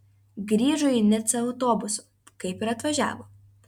grįžo į nicą autobusu kaip ir atvažiavo